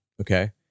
Okay